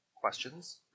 Questions